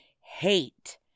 hate